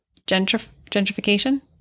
gentrification